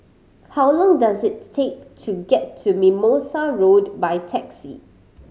how long does it take to get to Mimosa Road by taxi